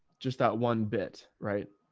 just that one bit. right.